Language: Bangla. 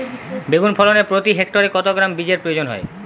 বেগুন ফলনে প্রতি হেক্টরে কত গ্রাম বীজের প্রয়োজন হয়?